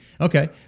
Okay